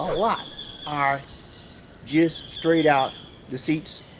lot are just straight out deceits,